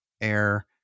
air